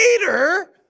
later